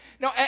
Now